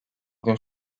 gün